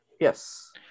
Yes